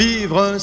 Vivre